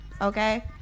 okay